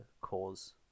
cause